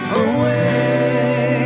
away